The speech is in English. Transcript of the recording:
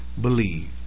believe